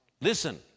Listen